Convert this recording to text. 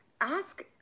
ask